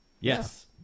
Yes